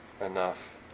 enough